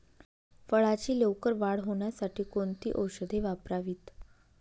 फळाची लवकर वाढ होण्यासाठी कोणती औषधे वापरावीत?